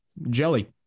Jelly